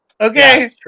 Okay